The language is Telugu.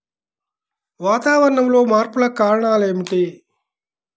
వాతావరణంలో మార్పులకు కారణాలు ఏమిటి?